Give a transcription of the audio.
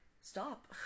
stop